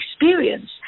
experience